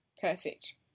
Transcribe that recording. perfect